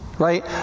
Right